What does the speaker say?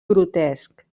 grotesc